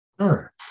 Sure